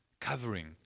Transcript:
covering